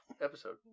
episode